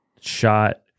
shot